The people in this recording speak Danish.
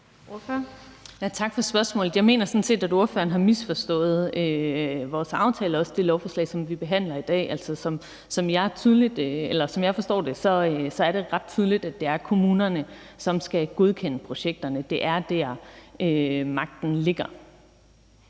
Tak for spørgsmålet. Jeg mener sådan set, at ordføreren har misforstået vores aftale og også det lovforslag, vi behandler i dag. Som jeg forstår det, er det ret tydeligt, at det er kommunerne, som skal godkende projekterne. Det er dér, magten ligger.